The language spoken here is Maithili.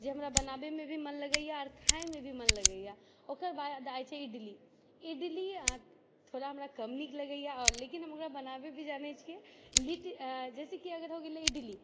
जे हमरा बनाबैमे भी मन लगैए आर खाएमे भी मन लगैए ओकरबाद आइ छै इडली इडली थोड़ा हमरा कम नीक लगैए लेकिन हम ओकरा बनाबै भी जानै छियै लिट जइसे कि अगर हो गेलै इडली